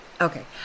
Okay